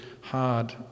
hard